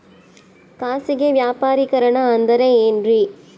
ಖಾಸಗಿ ವ್ಯಾಪಾರಿಕರಣ ಅಂದರೆ ಏನ್ರಿ?